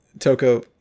Toko